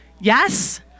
Yes